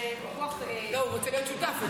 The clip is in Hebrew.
זה, לא, הוא רוצה להיות שותף.